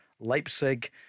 Leipzig